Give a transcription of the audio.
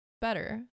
better